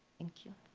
thank you.